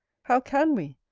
how can we,